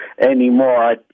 anymore